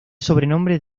sobrenombre